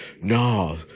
no